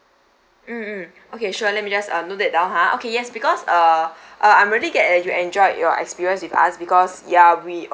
mm mm okay sure let me just uh note that down ha okay yes because uh uh I'm really glad that you enjoyed your experience with us because ya we over the